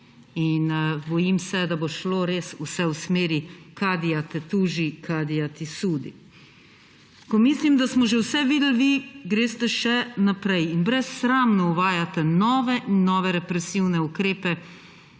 Bojim se, da bo šlo res vse v smeri kadija te tuži, kadija ti sudi. Ko mislim, da smo že vse videli, vi greste še naprej in brezsramno uvajate nove in nove represivne ukrepe,